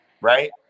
right